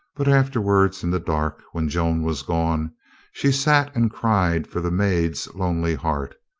but afterwards in the dark when joan was gone she sat and cried for the maid's lonely heart.